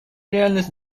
реальность